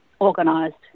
organised